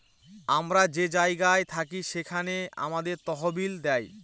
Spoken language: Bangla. আমরা যে জায়গায় থাকি সেখানে আমাদের তহবিল দেয়